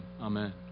amen